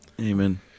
amen